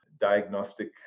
diagnostic